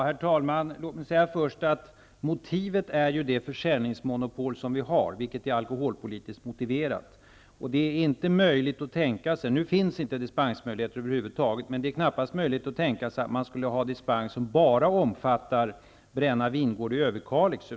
Herr talman! Låt mig först säga att motivet är det försäljningsmonopol vi har, vilket är alkoholpolitiskt motiverat. Nu finns inte dispensmöjligheter över huvud taget. Men det är knappast möjligt att tänka sig att man skulle ha en dispens som bara omfattade Brænna vingård i Överkalix.